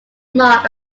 mark